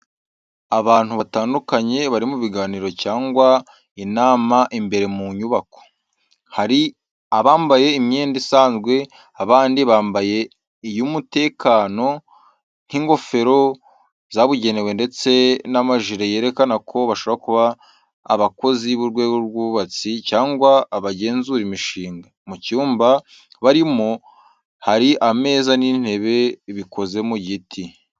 Abantu batandukanye bari mu biganiro cyangwa inama imbere mu nyubako. Hari abambaye imyenda isanzwe, abandi bambaye iy’umutekano nk’ingofero zabugenewe ndetse n’amajire yerekana ko bashobora kuba abakozi b’urwego rw’ubwubatsi cyangwa abagenzura imishinga. Mu cyumba barimo hari ameza n'intebe bikoze mu giti.